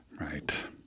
Right